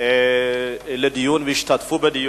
לדיון והשתתפו בו.